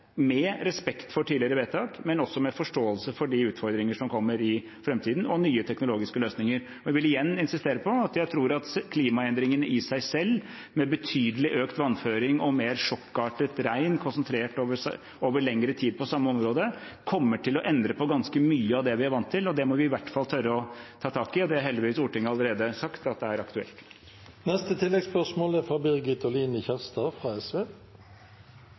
med respekt for tidligere vedtak, men også med forståelse for de utfordringer som kommer i framtiden, og nye teknologiske løsninger. Jeg vil igjen insistere på at jeg tror at klimaendringene i seg selv, med betydelig økt vannføring og mer sjokkartet regn konsentrert over lengre tid på samme område, kommer til å endre på ganske mye av det vi er vant til, og det må vi i hvert fall tørre å ta tak i. Det har heldigvis Stortinget allerede sagt at er aktuelt. Birgit Oline Kjerstad – til oppfølgingsspørsmål. Eg er